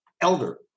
Elder